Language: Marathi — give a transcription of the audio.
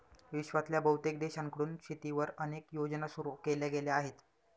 विश्वातल्या बहुतेक देशांकडून शेतीवर अनेक योजना सुरू केल्या गेल्या आहेत